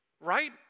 Right